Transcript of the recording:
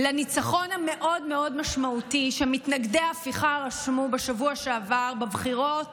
לניצחון המאוד-מאוד משמעותי שמתנגדי ההפיכה רשמו בשבוע שעבר בבחירות